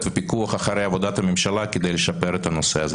ופיקוח על עבודת הממשלה כדי לשפר את הנושא הזה,